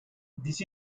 this